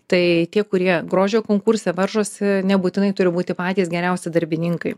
tai tie kurie grožio konkurse varžosi nebūtinai turi būti patys geriausi darbininkai